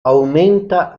aumenta